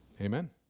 amen